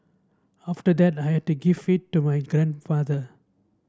after that I had to give it to my grandfather